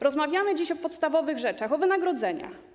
Rozmawiamy dziś o podstawowych rzeczach, o wynagrodzeniach.